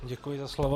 Děkuji za slovo.